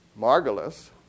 Margulis